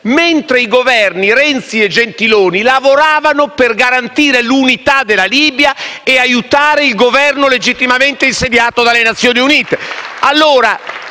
mentre i Governi Renzi e Gentiloni Silveri lavoravano per garantire l'unità della Libia e aiutare il Governo legittimamente insediato dalle Nazioni Unite.